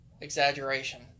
exaggeration